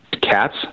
cats